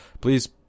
Please